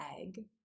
egg